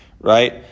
right